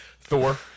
Thor